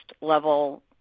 level